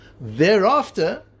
Thereafter